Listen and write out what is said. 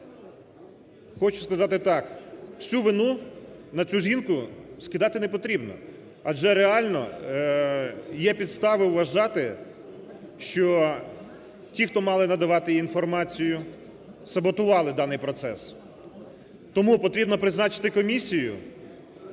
Хочу сказати так: всю вину на цю жінку скидати не потрібно, адже реально є підстави вважати, що ті, хто мали надавати їй інформацію, саботували даний процес. Тому потрібно призначити комісію